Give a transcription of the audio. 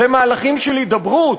זה מהלכים של הידברות,